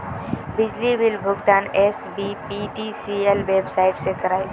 बिजली बिल भुगतान SBPDCL website से क्रॉइल